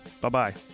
Bye-bye